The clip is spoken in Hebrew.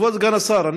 כבוד סגן השר,